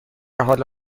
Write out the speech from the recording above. حال